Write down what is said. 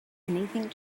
anything